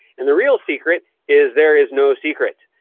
and the real secret is there is no secret.